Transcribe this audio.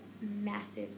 massive